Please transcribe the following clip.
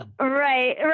Right